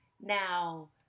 Now